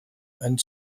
and